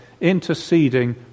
interceding